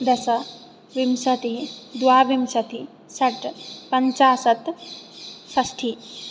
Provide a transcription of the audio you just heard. दश विंसतिः द्वाविंशतिः षट् पञ्चाशत् षष्टिः